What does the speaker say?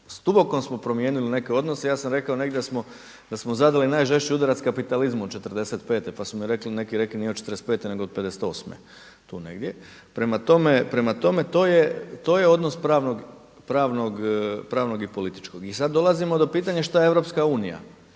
dubokom smo promijenili neke odnose. Ja sam rekao negdje da smo zadali najžešći udarac kapitalizmu od '45. pa su mi rekli neki nije od '45. nego od '58. Tu negdje. Prema tome, to je odnos pravnog i političkog. I sad dolazimo do pitanja što je EU i